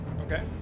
Okay